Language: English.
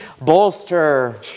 bolster